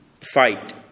fight